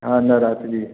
हाँ नवरात्रि